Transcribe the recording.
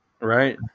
Right